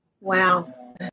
Wow